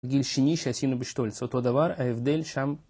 גיל שני, שעשינו בשטול, זה אותו דבר, ההבדל שם...